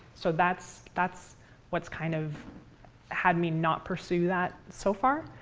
so that's that's what's kind of had we not pursue that so far.